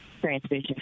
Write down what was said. transmission